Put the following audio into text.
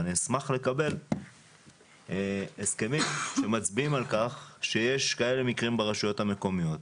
ואני אשמח לקבל הסכמים שמצביעים על כך שיש כאלה מקרים ברשויות המקומיות.